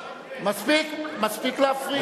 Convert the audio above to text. מספיק להפריע.